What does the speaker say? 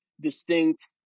distinct